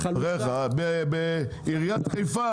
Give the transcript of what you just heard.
בעיריית חיפה,